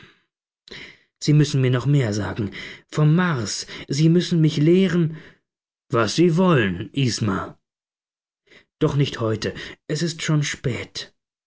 sie müssen mir noch mehr sagen vom mars sie müssen mich lehren was sie wollen isma doch nicht heute es ist schon spät